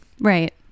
Right